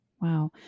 Wow